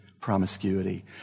promiscuity